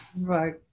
Right